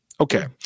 Okay